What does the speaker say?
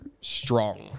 Strong